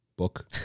Book